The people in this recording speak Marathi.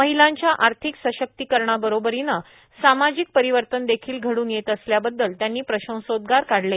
महिलांच्या आर्थिक सशक्तीकरणा बरोबरीने सामाजिक परिवर्तन देखील घड्रन येत असल्याबददल त्यांनी प्रशंसोदगार काढले